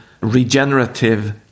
Regenerative